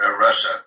Russia